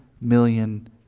million